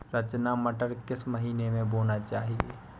रचना मटर किस महीना में बोना चाहिए?